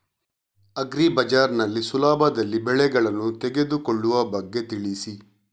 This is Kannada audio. ಅಗ್ರಿ ಬಜಾರ್ ನಲ್ಲಿ ಸುಲಭದಲ್ಲಿ ಬೆಳೆಗಳನ್ನು ತೆಗೆದುಕೊಳ್ಳುವ ಬಗ್ಗೆ ತಿಳಿಸಿ